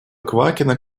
квакина